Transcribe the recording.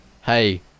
hey